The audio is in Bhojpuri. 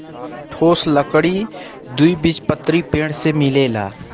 ठोस लकड़ी द्विबीजपत्री पेड़ से मिलेला